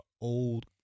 Old